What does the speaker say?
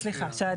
סליחה,